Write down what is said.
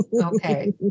Okay